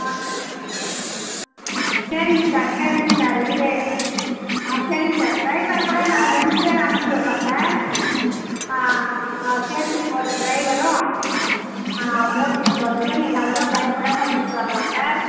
ஆ சரிங்க சார் சரிங்க சார் இத ஆ சரிங்க சார் டிரைவரு கூட நாங்கள் ரெண்டு பேர் அனுப்பி விட்றோம் சார் ஆ ஆ சேஃப்டிக்கு ஒரு டிரைவரும் ஓட்டிகிட்டு போகிறதுக்கு நீங்கள் அதெல்லாம் பயப்படாமல் போட்டு வர்லாம் சார்